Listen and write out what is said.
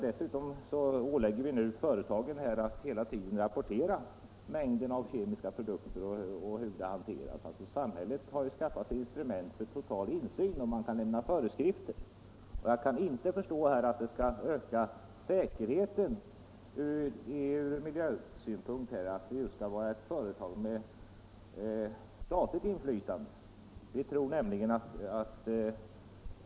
Dessutom ålägger vi nu företagen att hela tiden rapportera mängden av kemiskt avfall och hur det hanteras. Samhället har därmed skaffat sig instrument för total insyn och kan lämna föreskrifter. Jag kan inte förstå att det skulle öka säkerheten ur miljösynpunkt att låta ett företag med statligt inflytande ta hand om avfallet.